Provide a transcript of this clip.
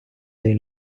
dei